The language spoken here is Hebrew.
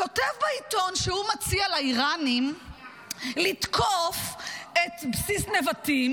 כותב בעיתון שהוא מציע לאיראנים לתקוף את בסיס נבטים,